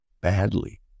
badly